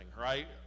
right